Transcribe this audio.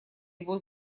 его